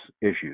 issues